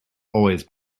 always